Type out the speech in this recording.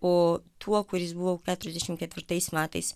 o tuo kuris buvo jau keturiasdešimt ketvirtais metais